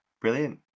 brilliant